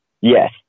Yes